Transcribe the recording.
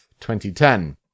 2010